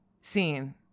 scene